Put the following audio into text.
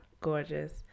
gorgeous